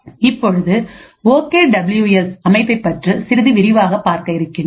இப்பொழுது okay W S அமைப்பை பற்றி சிறிது விரிவாகப் பார்க்க இருக்கின்றோம்